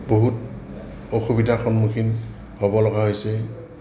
বহুত অসুবিধাৰ সন্মুখীন হ'ব লগা হৈছে